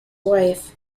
wife